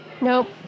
Nope